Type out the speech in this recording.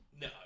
No